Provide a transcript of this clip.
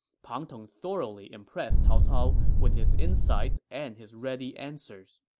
pang tong thoroughly impressed cao cao with his insights and his ready answers.